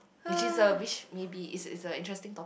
which is a which maybe it's it's a interesting topic